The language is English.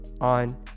on